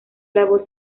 labor